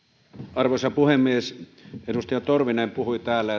arvoisa puhemies edustaja torvinen puhui täällä